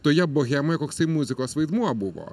toje bohemoj koks tai muzikos vaidmuo buvo